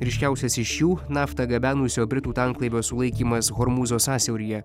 ryškiausias iš jų naftą gabenusio britų tanklaivio sulaikymas hormūzo sąsiauryje